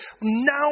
now